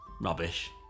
rubbish